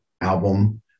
album